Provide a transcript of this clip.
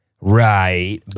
Right